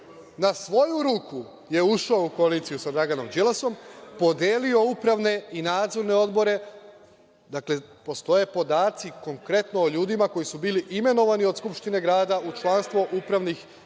na svoju ruku je ušao u koaliciju sa Draganom Đilasom, podelio upravne i nadzorne odbore. Postoje podaci konkretno o ljudima koji su bili imenovani od Skupštine grada u članstvo upravnih